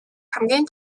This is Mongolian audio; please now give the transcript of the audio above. хамгийн